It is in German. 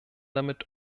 damit